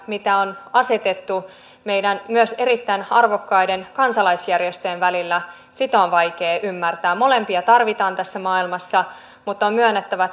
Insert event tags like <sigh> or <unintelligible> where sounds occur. mitä on tehty myös meidän erittäin arvokkaiden kansalaisjärjestöjen välillä on vaikea ymmärtää molempia tarvitaan tässä maailmassa mutta on myönnettävä <unintelligible>